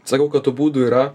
sakau kad tų būdų yra